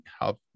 help